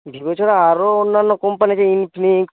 Vivo ছাড়া আরও অন্যান্য কোম্পানির ইনফিনিক্স